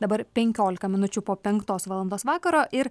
dabar penkiolika minučių po penktos valandos vakaro ir